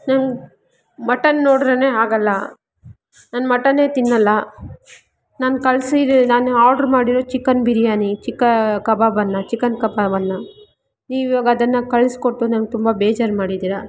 ನಂಗೆ ಮಟನ್ ನೋಡ್ರೇ ಆಗಲ್ಲ ನಾನು ಮಟನ್ನೇ ತಿನ್ನಲ್ಲ ನಾನು ಕಳಿಸಿ ನಾನು ಹಾರ್ಡರ್ ಮಾಡಿರೋದು ಚಿಕನ್ ಬಿರಿಯಾನಿ ಚಿಕಾ ಕಬಾಬನ್ನು ಚಿಕನ್ ಕಬಾಬನ್ನು ನೀವು ಇವಾಗ ಅದನ್ನು ಕಳಿಸ್ಕೊಟ್ಟು ನಂಗೆ ತುಂಬ ಬೇಜಾರ್ ಮಾಡಿದ್ದೀರಾ